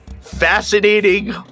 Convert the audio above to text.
Fascinating